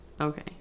Okay